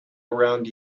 around